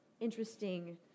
interesting